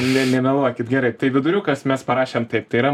ne nemeluokit gerai tai viduriukas mes parašėm taip tai yra